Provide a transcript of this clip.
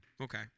Okay